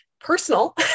personal